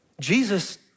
Jesus